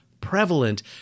prevalent